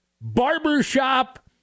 Barbershop